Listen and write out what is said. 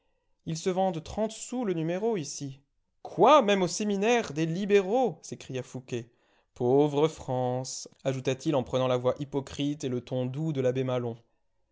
ils se vendent trente sous le numéro ici quoi même au séminaire des libéraux s'écria fouqué pauvre france ajouta-t-il en prenant la voix hypocrite et le ton doux de l'abbé maslon